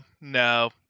no